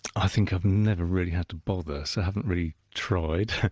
i think i've never really had to bother, so haven't really tried.